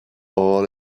all